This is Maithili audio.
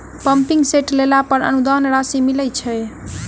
पम्पिंग सेट लेला पर अनुदान राशि मिलय छैय?